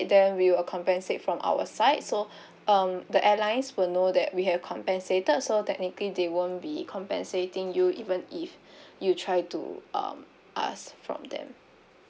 then we'll compensate from our side so um the airlines will know that we have compensated so technically they won't be compensating you even if you try to um ask from them